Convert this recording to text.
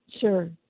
Sure